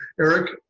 Eric